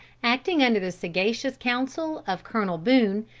acting under the sagacious counsel of colonel boone,